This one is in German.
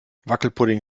wackelpudding